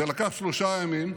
זה לקח שלושה ימים,